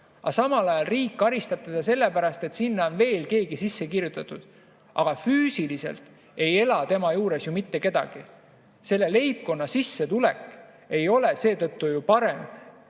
samal ajal riik karistab teda selle pärast, et sinna on veel keegi sisse kirjutatud. Aga füüsiliselt ei ela tema juures ju mitte kedagi. Selle leibkonna sissetulek ei ole seetõttu parem.